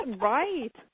Right